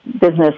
business